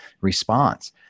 response